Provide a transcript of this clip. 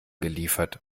geliefert